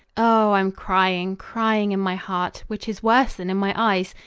oh, i'm crying, crying in my heart, which is worse than in my eyes,